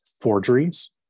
Forgeries